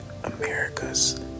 America's